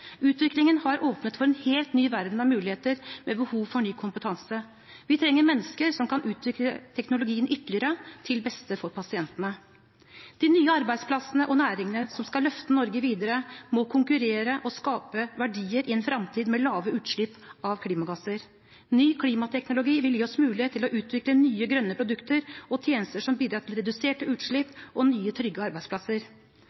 Utviklingen har åpnet for en helt ny verden av muligheter med behov for ny kompetanse. Vi trenger mennesker som kan utvikle teknologien ytterligere, til beste for pasientene. De nye arbeidsplassene og næringene som skal løfte Norge videre, må konkurrere og skape verdier i en fremtid med lave utslipp av klimagasser. Ny klimateknologi vil gi oss mulighet til å utvikle nye grønne produkter og tjenester som bidrar til reduserte utslipp og nye trygge arbeidsplasser.